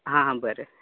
हां हां बरें